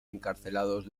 encarcelados